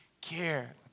care